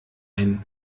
ein